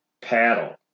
paddle